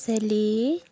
Shelly